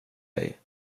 dig